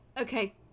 Okay